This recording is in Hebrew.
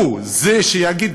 הוא זה שיגיד,